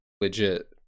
legit